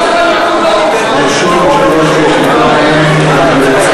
למה אצלכם לא תומכים?